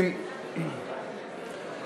גם אני רוצה.